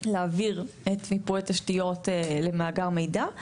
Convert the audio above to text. להעביר את מיפוי התשתיות אל מאגר מידע,